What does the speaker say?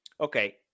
Okay